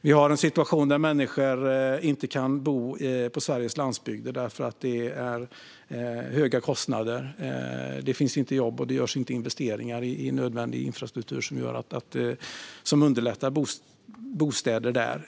Vi har en situation där människor inte kan bo på Sveriges landsbygd, för det är höga kostnader, det finns inte jobb och det görs inte investeringar i nödvändig infrastruktur som underlättar bostäder där.